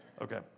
Okay